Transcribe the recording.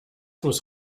muss